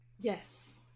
yes